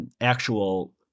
actual